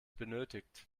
benötigt